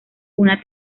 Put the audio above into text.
una